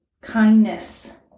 kindness